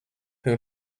whom